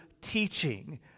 teaching